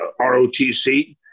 ROTC